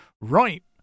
right